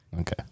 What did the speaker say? Okay